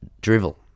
drivel